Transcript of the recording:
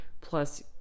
plus